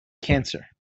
cancer